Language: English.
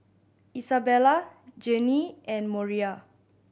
Isabella Janey and Moriah